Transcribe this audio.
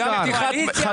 העיקר.